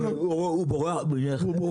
הוא בורח.